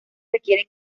requiere